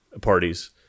parties